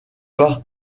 pas